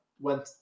went